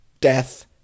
death